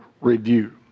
review